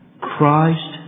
Christ